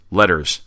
letters